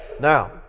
Now